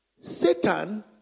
Satan